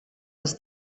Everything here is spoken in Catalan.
els